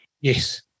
Yes